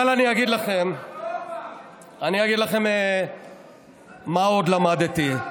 אבל אני אגיד לכם מה עוד למדתי.